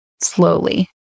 slowly